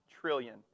trillion